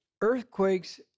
earthquakes